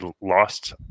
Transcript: lost